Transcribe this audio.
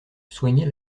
soignait